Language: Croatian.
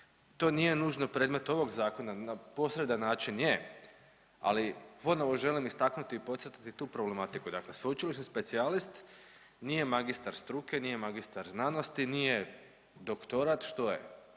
To nije nužan predmet ovog zakona, na posredan način je, ali ponovo želim istaknuti i podsjetiti tu problematiku. Dakle sveučilišni specijalist nije magistar struke, nije magistar znanosti, nije doktorat, što je,